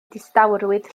distawrwydd